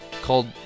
called